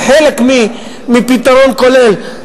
זה חלק מפתרון כולל.